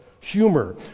humor